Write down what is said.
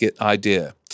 idea